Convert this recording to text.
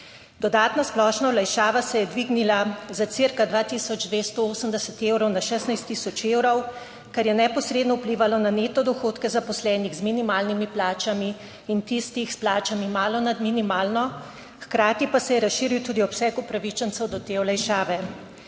Dodatna splošna olajšava se je dvignila za cirka 2280 evrov, na 16000 evrov, kar je neposredno vplivalo na neto dohodke zaposlenih z minimalnimi plačami in tistih s plačami malo nad minimalno, hkrati pa se je razširil tudi obseg upravičencev do te olajšave.